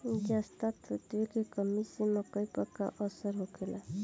जस्ता तत्व के कमी से मकई पर का असर होखेला?